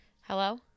hello